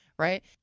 Right